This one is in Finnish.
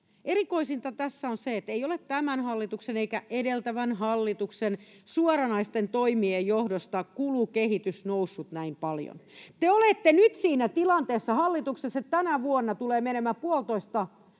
Erikoisinta tässä on se, että ei ole tämän hallituksen eikä edeltävän hallituksen suoranaisten toimien johdosta kulukehitys noussut näin paljon. Te olette nyt siinä tilanteessa hallituksessa, että tänä vuonna tulee menemään 1,5 tai